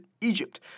Egypt